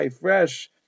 fresh